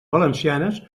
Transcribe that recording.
valencianes